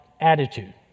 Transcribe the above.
attitude